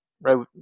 right